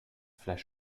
flash